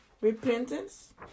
Repentance